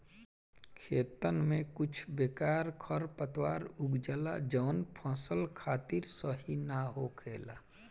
खेतन में कुछ बेकार खरपतवार उग जाला जवन फसल खातिर सही ना होखेला